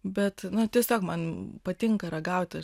bet na tiesiog man patinka ragauti